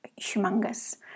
humongous